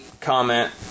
comment